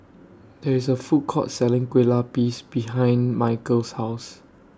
There IS A Food Court Selling Kueh Lapis behind Michael's House